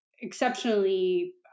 exceptionally